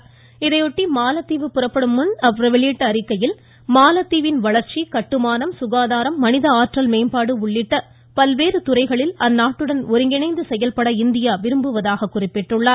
வெளியிட்ட இதையொட்டி மாலத்தீவு புறப்படுவதற்கு முன்னர் பிரதமர் அறிக்கையில் மாலத்தீவின் வளர்ச்சி கட்டுமானம் சுகாதாரம் மனித ஆற்றல் மேம்பாடு உள்ளிட்ட பல்வேறு துறைகளில் அந்நாட்டுடன் ஒருங்கிணைந்து செயல்பட இந்தியா விரும்புவதாகவும் குறிப்பிட்டுள்ளார்